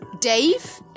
Dave